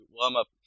warm-up